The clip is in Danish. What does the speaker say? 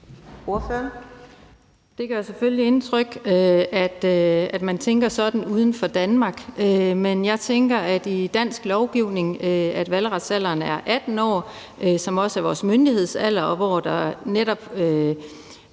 Det gør selvfølgelig indtryk, at man tænker sådan uden for Danmark. Men i dansk lovgivning er valgretsalderen 18 år, hvilket også er vores myndighedsalder, hvor der netop